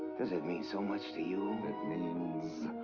does it mean so much to you? it means.